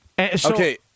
Okay